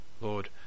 Lord